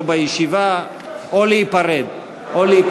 או בישיבה או להיפרד.